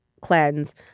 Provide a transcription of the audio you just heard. cleanse